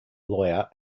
lawyer